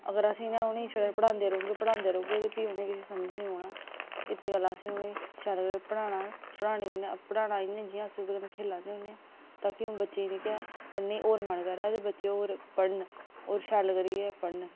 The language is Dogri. अगर असें उंहेगी छड़ा इयां पढ़ादे रौहगे फ्ही उनेंगी किश समझ नेईं औना इत गल्ला असें उनेंगी शैल पढ़ना पढ़ाने कन्नै इयां कि अस ओह्दे खेला दे होने हां ताकि अस बच्चे गी पढ़ने गी ओर मन करे ते बच्चे होर पढ़न होर शैल करियै पढ़न